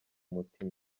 mutima